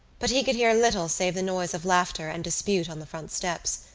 but he could hear little save the noise of laughter and dispute on the front steps,